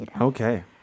Okay